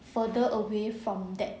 further away from that